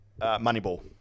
Moneyball